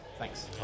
Thanks